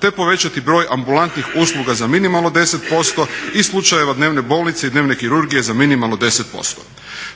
te povećati broj ambulantnih usluga za minimalno 10% i slučajeva dnevne bolnice i dnevne kirurgije za minimalno 10%.